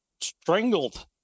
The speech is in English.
strangled